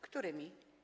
Którymi?